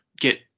get